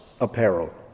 apparel